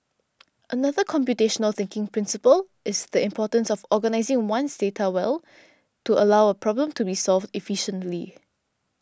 another computational thinking principle is the importance of organising one's data well to allow a problem to be solved efficiently